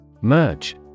Merge